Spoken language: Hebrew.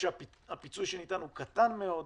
והפיצוי שניתן הוא קטן מאוד,